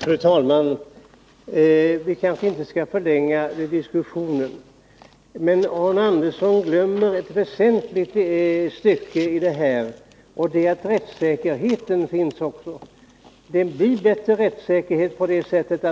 Fru talman! Vi kanske inte skall förlänga diskussionen, men Arne Andersson i Gustafs glömmer en väsentlig sak i det här sammanhanget, och det är frågan om rättssäkerheten. Det blir en bättre rättssäkerhet om